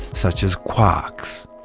such as quarks.